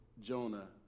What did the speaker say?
Jonah